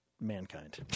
mankind